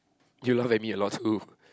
you laugh at me at law school